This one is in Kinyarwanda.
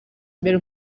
imbere